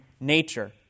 nature